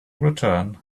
return